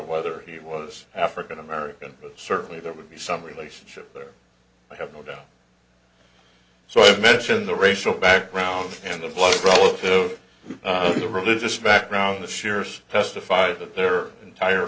whether he was african american but certainly there would be some relationship there i have no doubt so i mentioned the racial background and the blood flow so the religious background assures testified that their entire